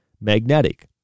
magnetic